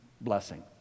blessing